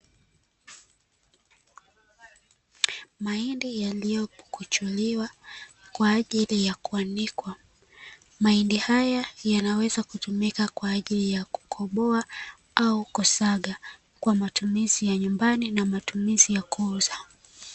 Mahindi yaliyopukuchuliwa kwa ajili ya kuanikwa, mahindi haya yanaweza kutumika kwa ajili ya kukoboa au kusagwa kwa matumizi ya nyumbani na matumizi ya kuuza.